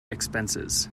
expenses